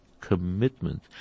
commitment